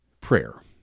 Prayer